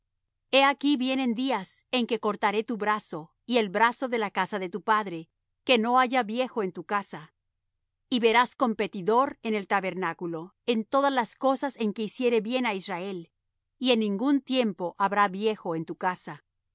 he aquí vienen días en que cortaré tu brazo y el brazo de la casa de tu padre que no haya viejo en tu casa y verás competidor en el tabernáculo en todas las cosas en que hiciere bien á israel y en ningún tiempo habrá viejo en tu casa